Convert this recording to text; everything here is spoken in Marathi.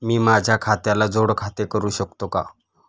मी माझ्या खात्याला जोड खाते करू शकतो का?